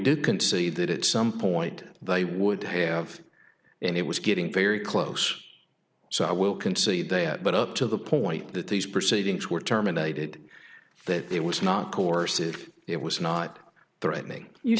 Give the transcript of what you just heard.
did concede that it some point they would have and it was getting very close so i will concede they had but up to the point that these proceedings were terminated that it was not course if it was not threatening you